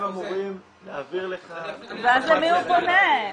הם אמורים להעביר לך --- ואז למי הוא פונה?